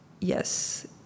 yes